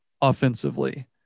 offensively